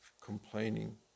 complaining